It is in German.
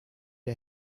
der